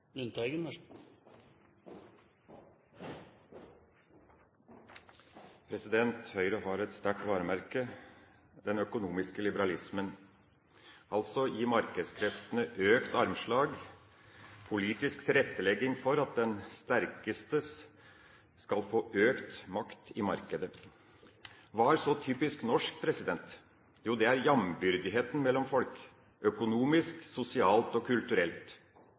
har ett sterkt varemerke – den økonomiske liberalismen, altså å gi markedskreftene økt armslag, politisk tilrettlegging for at den sterkeste skal få økt makt i markedet. Hva er så typisk norsk? Jo, det er jambyrdigheten mellom folk – økonomisk, sosialt og kulturelt.